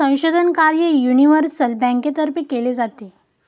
संशोधन कार्यही युनिव्हर्सल बँकेतर्फे केले जाते